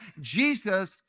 Jesus